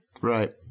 Right